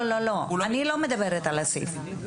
אני לא מדברת על הסעיף הזה.